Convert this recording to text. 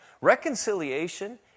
Reconciliation